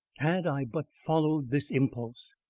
had i but followed this impulse!